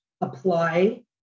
apply